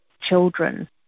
children